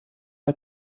der